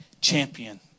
champion